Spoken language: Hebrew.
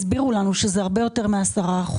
הסבירו לנו שזה הרבה יותר מ-10%.